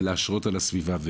ולהשרות על הסביבה.